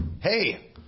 hey